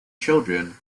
children